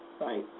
Right